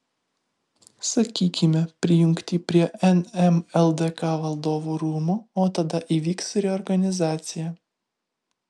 sakykime prijungti prie nm ldk valdovų rūmų o tada įvyks reorganizacija